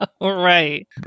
right